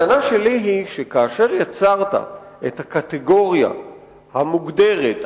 הטענה שלי היא שכאשר יצרת את הקטגוריה המוגדרת,